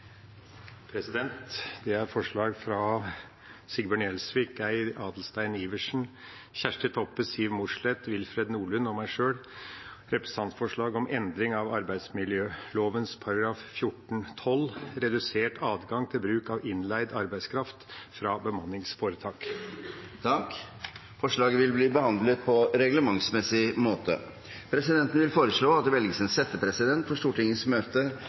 fra Sigbjørn Gjelsvik, Geir Adelsten Iversen, Kjersti Toppe, Siv Mossleth, Willfred Nordlund og meg selv om endring av arbeidsmiljøloven § 14-12, redusert adgang til bruk av innleid arbeidskraft fra bemanningsforetak. Forslaget vil bli behandlet på reglementsmessig måte. Presidenten vil foreslå at det velges en settepresident for Stortingets møte